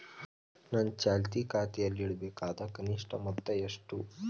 ನನ್ನ ಚಾಲ್ತಿ ಖಾತೆಯಲ್ಲಿಡಬೇಕಾದ ಕನಿಷ್ಟ ಮೊತ್ತ ಎಷ್ಟು?